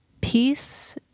Peace